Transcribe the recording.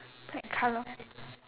black colour